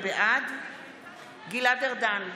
בעד גלעד ארדן,